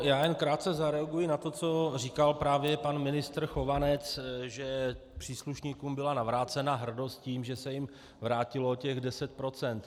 Já jen krátce zareaguji na to, co říkal právě pan ministr Chovanec, že příslušníkům byla navrácena hrdost tím, že se jim vrátilo těch deset procent.